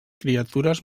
criatures